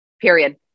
period